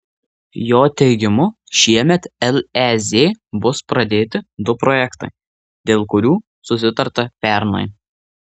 jo teigimu šiemet lez bus pradėti du projektai dėl kurių susitarta pernai